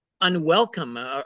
unwelcome